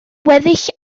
weddill